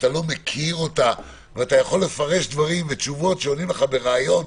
כשאתה לא מכיר אותה ואפשר לפרש תשובות שעונים בראיון.